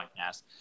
podcast